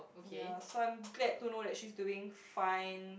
ya so I'm glad to know that she's doing fine